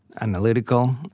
analytical